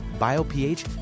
BioPH